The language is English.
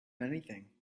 anything